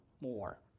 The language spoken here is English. More